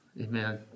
amen